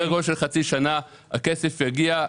הכסף יגיע,